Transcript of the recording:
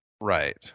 Right